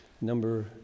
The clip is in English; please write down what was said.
Number